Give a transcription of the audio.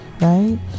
right